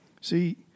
See